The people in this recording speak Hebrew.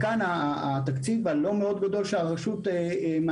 כאן התקציב הלא מאוד גדול שהרשות מעניקה